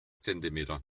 zentimeter